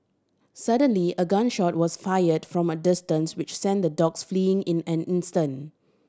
suddenly a gun shot was fired from a distance which sent the dogs fleeing in an instant